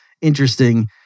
interesting